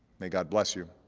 may god bless you.